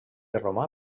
romà